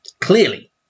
Clearly